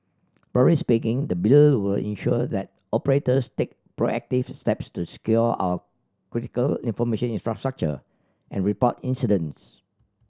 broadly speaking the Bill will ensure that operators take proactive steps to secure our critical information infrastructure and report incidents